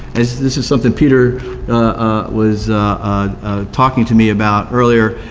this this is something peter was talking to me about earlier,